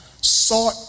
sought